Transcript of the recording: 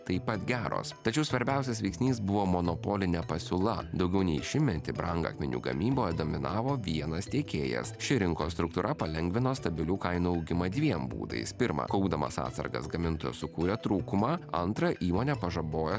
taip pat geros tačiau svarbiausias veiksnys buvo monopolinė pasiūla daugiau nei šimtmetį brangakmenių gamyboje dominavo vienas tiekėjas ši rinkos struktūra palengvino stabilių kainų augimą dviem būdais pirma kaupdamas atsargas gamintojas sukūrė trūkumą antra jo nepažabojo